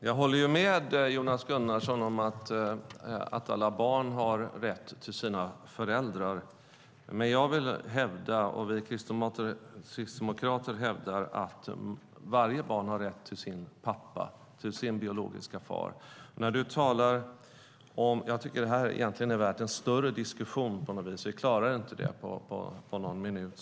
Herr talman! Jag håller med Jonas Gunnarsson om att alla barn har rätt till sina föräldrar. Vi kristdemokrater hävdar att varje barn har rätt till sin pappa, till sin biologiska far. Den här frågan är värd en större diskussion, och vi klarar inte den på någon minut.